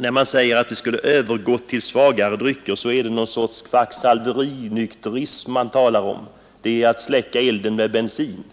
När man talar om att det skulle ha skett en övergång till svagare drycker talar man om något slags kvacksalverinykterism. Det är att släcka elden med bensin.